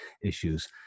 issues